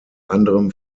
anderem